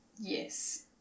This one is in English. Yes